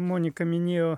monika minėjo